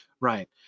right